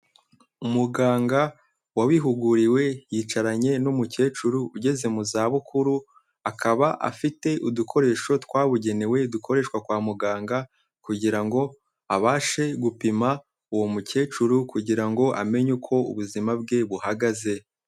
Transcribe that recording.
Umuganga wabihuguriwe yicaranye n'umukecuru ugeze mu zabukuru, akaba afite udukoresho twabugenewe dukoreshwa kwa muganga kugira ngo abashe gupima uwo mukecuru kugira ngo amenye uko ubuzima bwe buhagaze.